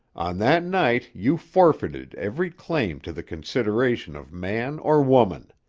that night you forfeited every claim to the consideration of man or woman.